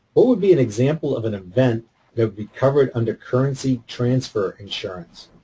what would be an example of an event that would be covered under currency transfer insurance?